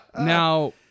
Now